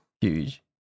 huge